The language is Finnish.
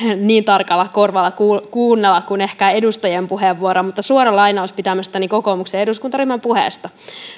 niin tarkalla korvalla kuunnella kuin ehkä edustajien puheenvuoroja mutta suora lainaus pitämästäni kokoomuksen eduskuntaryhmän puheesta